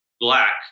black